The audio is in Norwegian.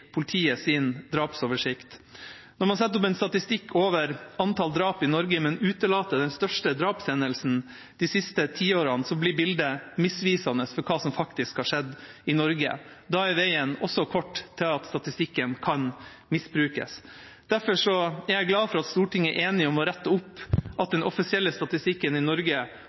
drapsoversikt. Når man setter opp en statistikk over antall drap i Norge, men utelater den største drapshendelsen de siste ti årene, blir bildet misvisende for hva som faktisk har skjedd i Norge. Da er veien også kort til at statistikken kan misbrukes. Derfor er jeg glad for at Stortinget er enig om å rette opp det at den offisielle statistikken i Norge